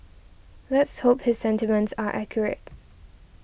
let's hope his sentiments are accurate